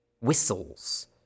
Whistles